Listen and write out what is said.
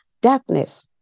darkness